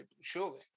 surely